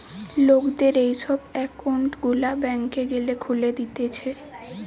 লোকদের এই সব একউন্ট গুলা ব্যাংকে গ্যালে খুলে দিতেছে